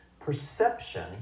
perception